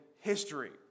history